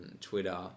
Twitter